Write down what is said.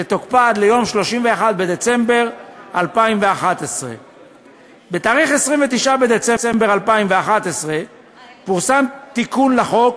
שתוקפה עד יום 31 בדצמבר 2011. ביום 29 בדצמבר 2011 פורסם תיקון לחוק,